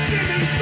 Jimmy